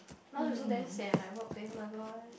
lunch also damn sian my work place oh-my-god